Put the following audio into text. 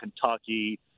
Kentucky